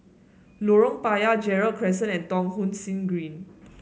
Lorong Payah Gerald Crescent and Thong Soon Green